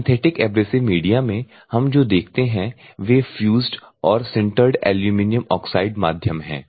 synthetic abrasive media में हम जो देखते हैं वे फ्यूज़्ड और सिन्टर्ड एल्यूमीनियम ऑक्साइड माध्यम हैं